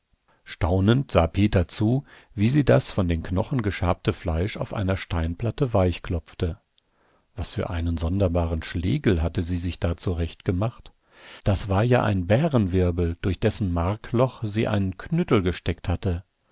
staunend sah peter zu wie sie das von den knochen geschabte fleisch auf einer steinplatte weichklopfte was für einen sonderbaren schlegel hatte sie sich da zurechtgemacht das war ja ein bärenwirbel durch dessen markloch sie einen knüttel gesteckt hatte